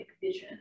vision